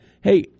Hey